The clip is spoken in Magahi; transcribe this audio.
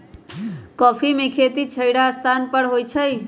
कॉफ़ी में खेती छहिरा स्थान पर होइ छइ